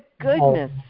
goodness